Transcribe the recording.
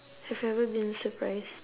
have you ever been surprised